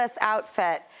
outfit